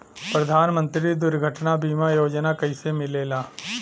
प्रधानमंत्री दुर्घटना बीमा योजना कैसे मिलेला?